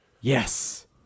Yes